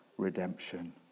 Redemption